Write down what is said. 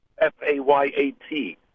F-A-Y-A-T